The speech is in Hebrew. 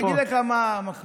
אני אגיד לך מה המחמאה: